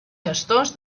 gestors